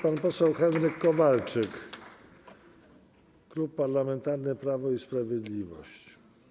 Pan poseł Henryk Kowalczyk, Klub Parlamentarny Prawo i Sprawiedliwość.